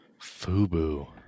FUBU